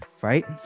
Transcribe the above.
right